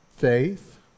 faith